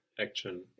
action